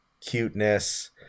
cuteness